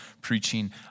preaching